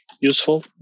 useful